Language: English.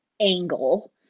angle